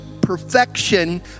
perfection